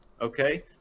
okay